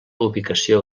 ubicació